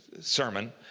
sermon